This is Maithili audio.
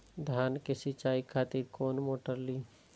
धान के सीचाई खातिर कोन मोटर ली?